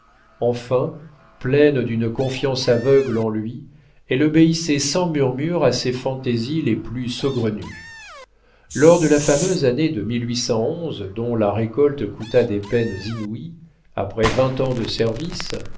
enfin pleine d'une confiance aveugle en lui elle obéissait sans murmure à ses fantaisies les plus saugrenues lors de la fameuse année de dont la récolte coûta des peines inouïes après vingt ans de service